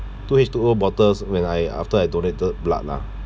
two H two O bottles when I after I donated blood lah